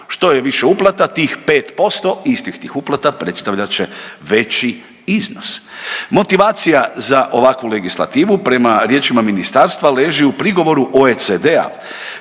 Što je više uplata tih 5%, istih tih uplata predstavljat će veći iznos. Motivacija za ovakvu legislativu prema riječima ministarstva leži u prigovoru OECD-a